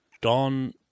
Don